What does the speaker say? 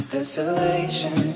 Desolation